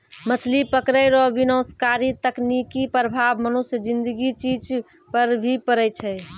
मछली पकड़ै रो विनाशकारी तकनीकी प्रभाव मनुष्य ज़िन्दगी चीज पर भी पड़ै छै